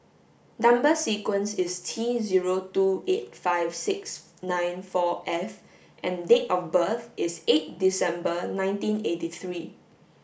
number sequence is T zero two eight five six nine four F and date of birth is eight December nineteen eighty three